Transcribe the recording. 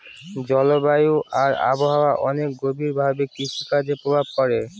জলবায়ু আর আবহাওয়া অনেক গভীর ভাবে কৃষিকাজে প্রভাব করে